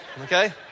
Okay